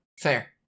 fair